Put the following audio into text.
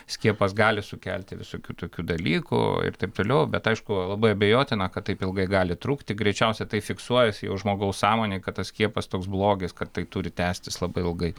skiepas gali sukelti visokių tokių dalykų ir taip toliau bet aišku labai abejotina kad taip ilgai gali trukti greičiausiai tai fiksuojasi jau žmogaus sąmonėj kad tas skiepas toks blogis kad tai turi tęstis labai ilgai